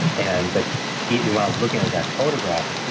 and but even when i was looking at that photograph,